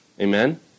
Amen